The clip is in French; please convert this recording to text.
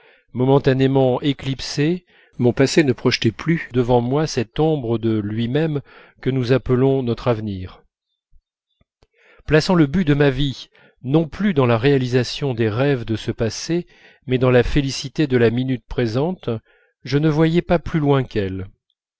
momentanément éclipsé mon passé ne projetait plus devant moi cette ombre de lui-même que nous appelons notre avenir plaçant le but de ma vie non plus dans la réalisation des rêves de ce passé mais dans la félicité de la minute présente je ne voyais pas plus loin qu'elle